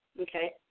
Okay